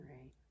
right